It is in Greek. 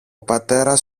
πατέρας